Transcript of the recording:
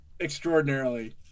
extraordinarily